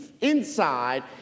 inside